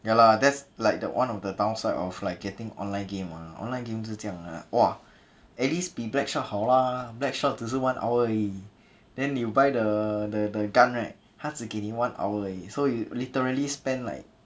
ya lah that's like the one of the downside of like getting online game ah online game 就是这样的 lah !wah! at least 比 black shot 好啦 black shot 只是 one hour 而已 then you buy the the the gun right 他只给你 one hour 而已 so you literally spend like